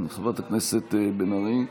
כן, חברת הכנסת בן ארי.